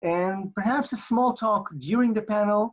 And perhaps a small talk during the panel.